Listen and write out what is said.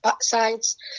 sides